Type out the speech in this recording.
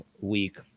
week